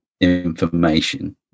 information